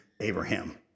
Abraham